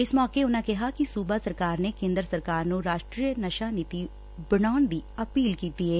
ਇਸ ਮੌਕੇ ਉਨਾਂ ਕਿਹਾ ਕਿ ਸੁਬਾ ਸਰਕਾਰ ਨੇ ਕੇਂਦਰ ਸਰਕਾਰ ਨੂੰ ਰਾਸਟਰੀ ਨਸ਼ਾ ਨੀਤੀ ਬੁਣਾਉਣ ਦੀ ਅਪੀਲ ਕੀਤੀ ਏ